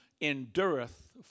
endureth